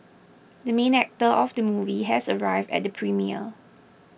the main actor of the movie has arrived at the premiere